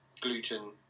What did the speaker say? gluten